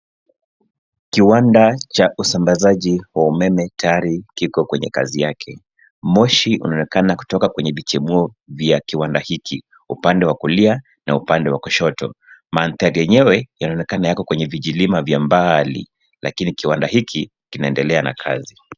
Kiwanda cha usambazaji wa umeme tayari kiko kwenye kazi yake. Moshi unaonekana kutoka kwenye vichemuo vya kiwanda hiki upande wa kulia na upande wa kushoto. Mandhari yenyewe yanaonekana yako kwenye vijilima vya mbali lakini kiwanda hiki kinaendelea na kazi.